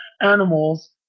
animals